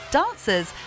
dancers